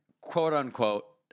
quote-unquote